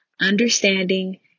understanding